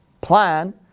plan